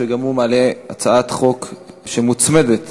שגם הוא מעלה הצעת חוק שמוצמדת